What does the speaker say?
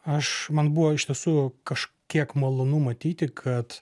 aš man buvo iš tiesų kažkiek malonu matyti kad